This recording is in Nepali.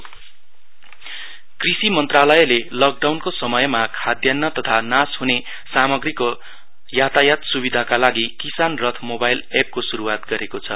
किसान रथ मोबाइ एप कृषि मनात्रालयले लकडाउनको समयमा खाद्यान्न तथा नाश हुने सामग्रीको यातायात सुविधाका लागि किसान रथ मोवाइल एपको सुरूवात गरेको छ